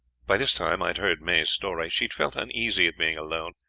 by this time i had heard may's story. she had felt uneasy at being alone,